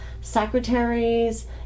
secretaries